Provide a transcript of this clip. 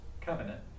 covenant